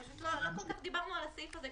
פשוט לא כל כך דיברנו על הסעיף הזה,